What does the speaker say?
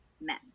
men